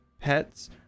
pets